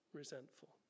resentful